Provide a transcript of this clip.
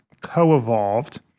co-evolved